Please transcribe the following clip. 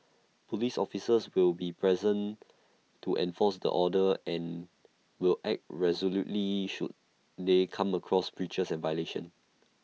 Police officers will be present to enforce the order and will act resolutely should they come across breaches and violations